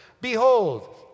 Behold